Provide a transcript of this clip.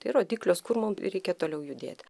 tai rodiklios kur mum reikia toliau judėti